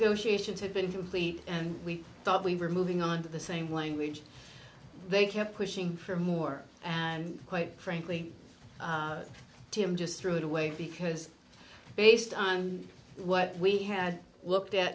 should have been fully and we thought we were moving on to the same language they kept pushing for more and quite frankly tim just threw it away because based on what we had looked at